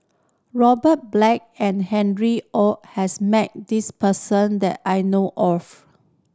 Robert Black and Harry Ord has met this person that I know of